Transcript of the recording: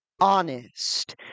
honest